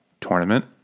tournament